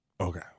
Okay